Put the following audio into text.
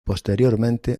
posteriormente